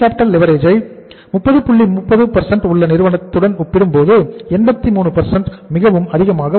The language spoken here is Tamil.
30 உள்ள நிறுவனத்தை ஒப்பிடும்போது 83 மிகவும் அதிகமாக உள்ளது